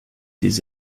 des